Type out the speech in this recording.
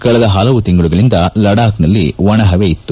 ಕಳೆದ ಪಲವು ತಿಂಗಳುಗಳಿಂದ ಲಡಾಖ್ನಲ್ಲಿ ಒಣಹವೆ ಇತ್ತು